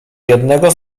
jednego